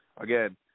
again